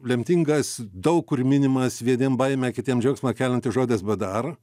lemtingas daug kur minimas vieniem baimę kitiem džiaugsmą keliantis žodis bdar